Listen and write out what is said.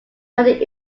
wedding